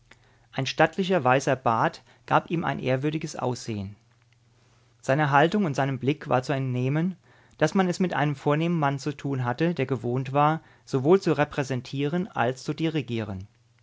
ein stattlicher weißer bart gab ihm ein ehrwürdiges aussehen seiner haltung und seinem blick war zu entnehmen daß man es mit einem vornehmen mann zu tun hatte der gewohnt war sowohl zu repräsentieren als zu dirigieren